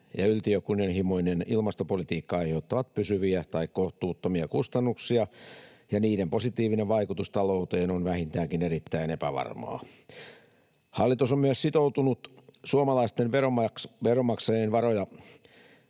ja yltiökunnianhimoinen ilmastopolitiikka aiheuttavat pysyviä tai kohtuuttomia kustannuksia, ja niiden positiivinen vaikutus talouteen on vähintäänkin erittäin epävarmaa. Hallitus on myös sitonut suomalaisten veronmaksajien varoja